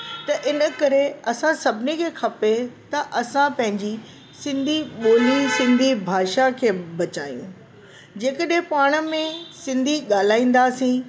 त इन करे असां सभिनी खे खपे असां पंहिंजी सिंधी ॿोली सिंधी भाषा खे बचायूं जंहिंकॾहिं पाण में सिंधी ॻाल्हाईंदासीं